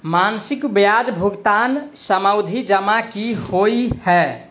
मासिक ब्याज भुगतान सावधि जमा की होइ है?